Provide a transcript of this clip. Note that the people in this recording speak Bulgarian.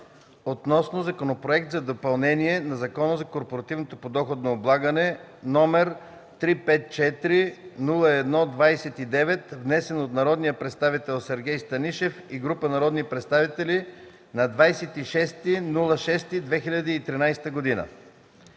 относно Законопроекта за допълнение на Закона за корпоративното подоходно облагане, № 354-01-29, внесен от народния представител Сергей Станишев и група народни представители на 26 юни 2013 г.